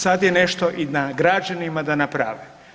Sada je nešto i na građanima da naprave.